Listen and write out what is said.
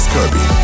Kirby